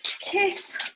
kiss